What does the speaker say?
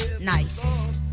nice